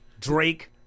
Drake